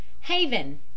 Haven